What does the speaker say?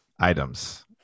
Items